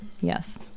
Yes